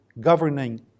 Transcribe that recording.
governing